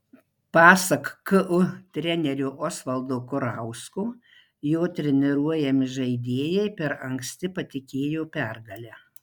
pasak ku trenerio osvaldo kurausko jo treniruojami žaidėjai per anksti patikėjo pergale